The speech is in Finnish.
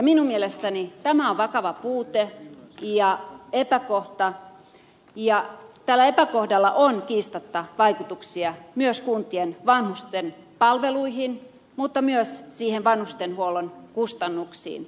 minun mielestäni tämä on vakava puute ja epäkohta ja tällä epäkohdalla on kiistatta vaikutuksia myös kuntien vanhuspalveluihin mutta myös vanhustenhuollon kustannuksiin